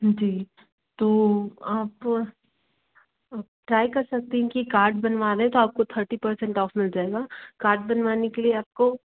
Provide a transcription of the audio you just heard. जी तो आप ट्राई कर सकती हैं कि कार्ड बनवा लें तो आपको थर्टी परसेंट ऑफ़ मिल जाएगा कार्ड बनवाने के लिए आपको